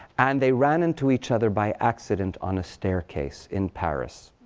and they ran into each other by accident on a staircase in paris.